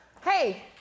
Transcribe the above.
hey